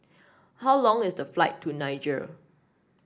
how long is the flight to Niger